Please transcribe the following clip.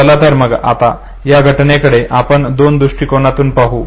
चला तर मग आता या घटनेकडे आपण दोन दृष्टिकोनातून पाहू